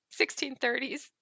1630s